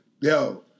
yo